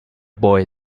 boy